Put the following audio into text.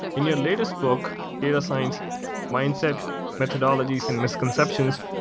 in your latest book, data science mindset methodologies and misconceptions,